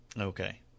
Okay